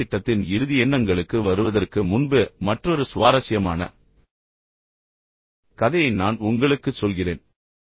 இந்த பாடத்திட்டத்தின் இறுதி எண்ணங்களுக்கு வருவதற்கு முன்பு மற்றொரு சுவாரஸ்யமான கதையை நான் உங்களுக்குச் சொல்கிறேன்